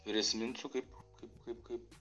prisiminsiu kaip kaip kaip